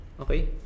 okay